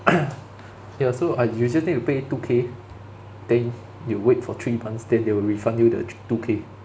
ya so uh you just need to pay two K then you wait for three months then they will refund you the thr~ two K